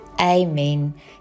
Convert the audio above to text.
Amen